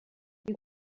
you